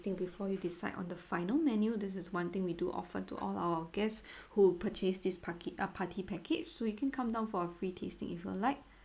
before you decide on the final menu this is one thing we do offer to all our guests who purchase this pack~ ah party package so you can come down for a free tasting if you like